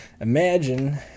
imagine